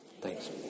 Thanks